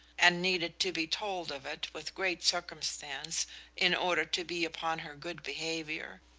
and needed to be told of it with great circumstance in order to be upon her good behavior.